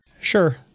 Sure